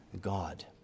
God